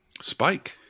Spike